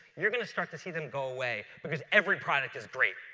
you're going to start to see them go away because every product is great.